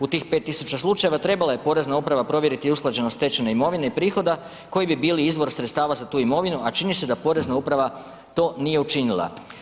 U tih 5000 slučajeva trebala je Porezna uprava provjeriti usklađenost stečene imovine i prihoda koji bi bili izvor sredstava za tu imovinu a čini se da porezna uprava to nije učinila.